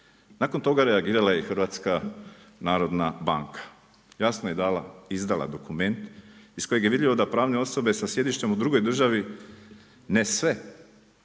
Nakon toga reagirala je HNB. Jasno je izdala dokument iz kojeg je vidljivo da pravne osobe sa sjedištem u drugoj državi ne sve,